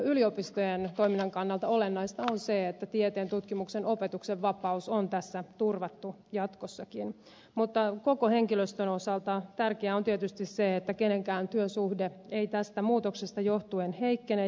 yliopistojen toiminnan kannalta olennaista on se että tieteen tutkimuksen opetuksen vapaus on tässä turvattu jatkossakin mutta koko henkilöstön osalta tärkeää on tietysti se että kenenkään työsuhde ei tästä muutoksesta johtuen heikkene